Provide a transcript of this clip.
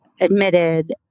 admitted